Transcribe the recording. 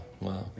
wow